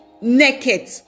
naked